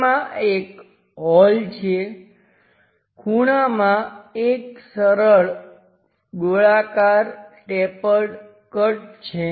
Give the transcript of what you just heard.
તેમાં એક હોલ છે ખૂણામાં એક સરળ ગોળાકાર ટેપર્ડ કટ છે